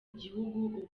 gihugu